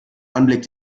anblick